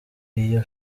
iyo